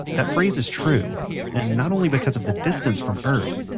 that phrase is true and not only because of the distance from earth.